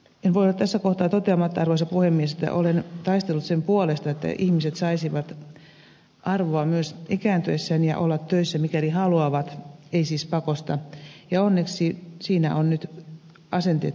en voi olla tässä kohtaa toteamatta arvoisa puhemies että olen taistellut sen puolesta että ihmiset saisivat arvoa myös ikääntyessään ja olla töissä mikäli haluavat ei siis pakosta ja onneksi siinä ovat nyt asenteet muuttumassa